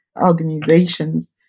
organizations